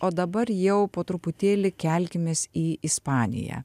o dabar jau po truputėlį kelkimės į ispaniją